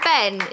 Ben